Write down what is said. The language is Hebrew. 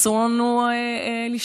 אסור לנו לשתוק.